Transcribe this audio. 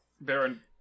Baron